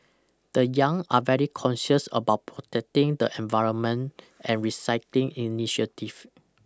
the young are very conscious about protecting the environment and recycling initiative